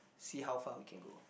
see how far we can go